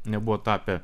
nebuvo tapę